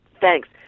Thanks